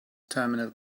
terminal